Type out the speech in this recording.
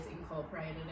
incorporated